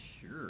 Sure